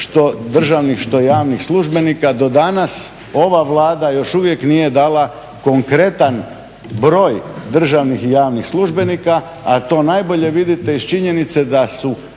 što državnih, što javnih službenika. Do danas ova Vlada još uvijek nije dala konkretan broj državnih i javnih službenika a to najbolje vidite iz činjenice da su